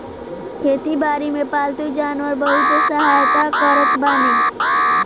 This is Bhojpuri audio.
खेती बारी में पालतू जानवर बहुते सहायता करत बाने